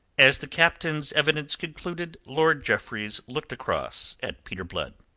as the captain's evidence concluded, lord jeffreys looked across at peter blood.